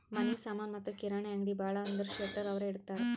ಮನಿ ಸಾಮನಿ ಮತ್ತ ಕಿರಾಣಿ ಅಂಗ್ಡಿ ಭಾಳ ಅಂದುರ್ ಶೆಟ್ಟರ್ ಅವ್ರೆ ಇಡ್ತಾರ್